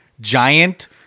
giant